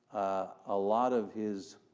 a lot of his